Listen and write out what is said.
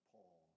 Paul